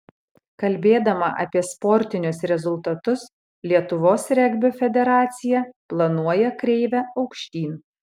kalbėdama apie sportinius rezultatus lietuvos regbio federacija planuoja kreivę aukštyn